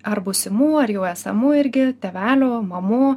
ar būsimų ar jau esamų irgi tėvelių mamų